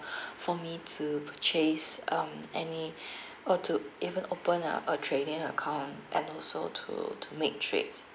for me to purchase um any or to even open a a trading account and also to to make trade